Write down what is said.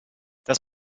das